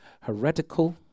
heretical